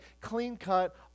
Clean-cut